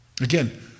Again